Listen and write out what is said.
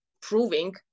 proving